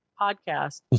podcast